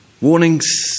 Warnings